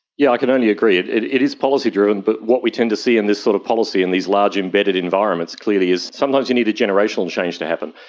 yeah i can only agree. it it is policy driven, but what we tend to see in this sort of policy in these large embedded environments clearly is, sometimes you need a generational change to happen.